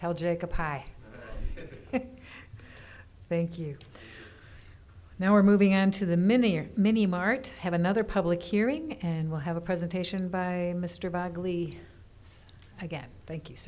tell jacob high thank you now we're moving into the mini your mini mart have another public hearing and we'll have a presentation by mr bagley again thank you